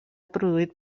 produït